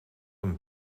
een